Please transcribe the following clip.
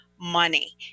money